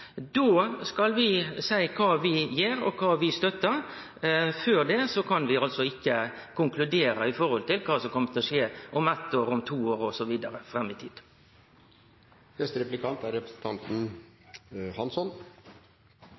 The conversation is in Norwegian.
Då skal vi seie kva vi gjer og kva vi stør. Før det kan vi ikkje konkludere med kva som vil skje om eitt eller to år. Representanten Hagesæter – og jeg tror også representanten